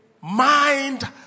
mind